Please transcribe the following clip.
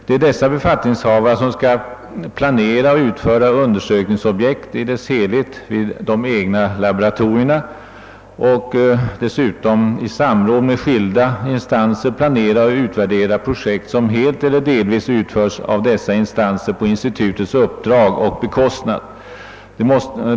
Det är dessa befattningshavare som skall planera och utforma undersökningsobjekt i dess helhet vid de egna laboratorierna och dessutom i samråd med skilda instanser planera och utvärdera projekt som helt eller delvis utförs av dessa instanser på institutets uppdrag och bekostnad.